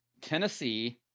Tennessee